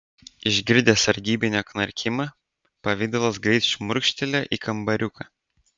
išgirdęs sargybinio knarkimą pavidalas greit šmurkštelėjo į kambariuką